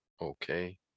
Okay